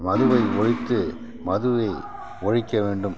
மதுவை ஒழித்து மதுவை ஒழிக்க வேண்டும்